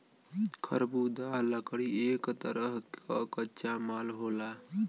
खरबुदाह लकड़ी एक तरे क कच्चा माल होला